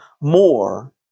more